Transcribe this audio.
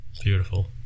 Beautiful